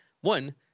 one